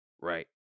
right